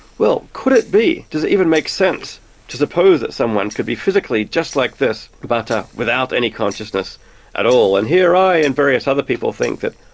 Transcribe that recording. well, could it be? does it even make sense to suppose that someone could be physically just like us, but without any consciousness at all? and here i and various other people think that,